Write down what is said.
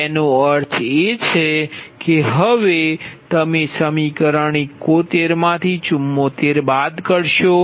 તેનો અર્થ એ કે હવે તમે સમીકરણ 71 માંથી 74 બાદ કરશો